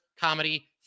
comedy